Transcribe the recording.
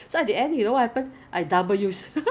they must be 七十八巴先 and above right